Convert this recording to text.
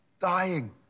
dying